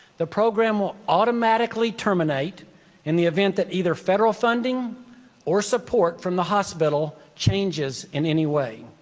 the program will automatically terminate in the event that either federal funding or support from the hospital changes in any way.